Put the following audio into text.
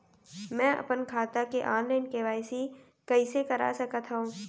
मैं अपन खाता के ऑनलाइन के.वाई.सी कइसे करा सकत हव?